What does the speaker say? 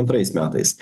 antrais metais